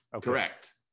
correct